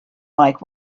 like